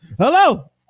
Hello